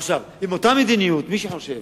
עכשיו, עם אותה מדיניות, מי שחושב